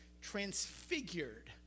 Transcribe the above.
transfigured